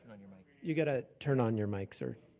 on your mic. you gotta turn on your mic, sir.